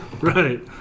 right